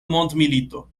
mondmilito